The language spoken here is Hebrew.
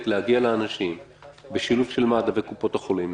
להגיע לאנשים בשילוב של מד"א וקופות החולים.